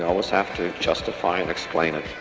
almost have to justify and explain it.